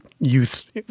Youth